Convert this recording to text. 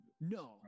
No